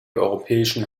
europäischen